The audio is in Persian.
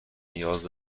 نیاز